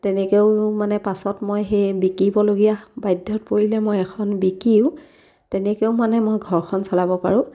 তেনেকৈও মানে পাছত মই সেই বিকিবলগীয়া বাধ্যত পৰিলে মই এখন বিকিও তেনেকৈও মানে মই ঘৰখন চলাব পাৰোঁ